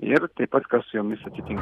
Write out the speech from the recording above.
ir taip pat kas su jomis atsitinka